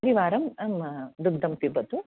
द्विवारं दुग्धं पिबतु